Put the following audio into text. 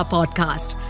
Podcast